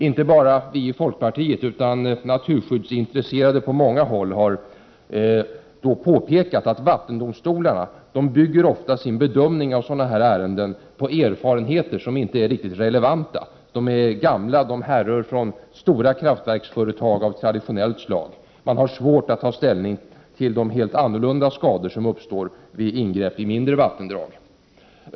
Inte bara vi i folkpartiet utan naturskyddsintresserade på många håll har då påpekat att vattendomstolarna ofta bygger sin bedömning av sådana ärenden på erfarenheter som inte är helt relevanta. De är gamla och härrör från stora kraftverksföretag av traditionellt slag och har svårt att ta ställning till de annorlunda skador som uppstår vid ingrepp i mindre vattendrag.